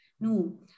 No